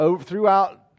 throughout